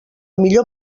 millor